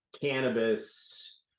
cannabis